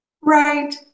Right